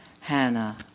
Hannah